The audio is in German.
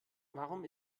warum